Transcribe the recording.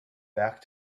back